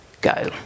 go